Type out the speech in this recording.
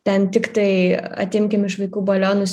ten tiktai atimkim iš vaikų balionus